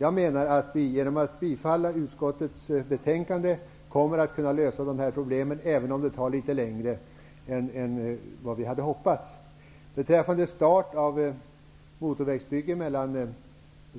Jag menar att vi genom att bifalla utskottets hemställan kommer att kunna lösa dessa problem, även om det tar litet längre tid än vad vi hade hoppats. Det finns redan en del pengar anslagna för motorvägsbygge mellan